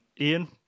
Ian